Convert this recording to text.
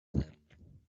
them